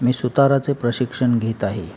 मी सुताराचे प्रशिक्षण घेत आहे